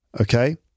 okay